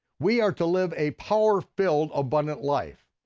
we are to live a power-filled abundant life.